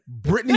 Britney